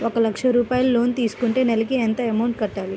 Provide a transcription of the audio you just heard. ఒక లక్ష రూపాయిలు లోన్ తీసుకుంటే నెలకి ఎంత అమౌంట్ కట్టాలి?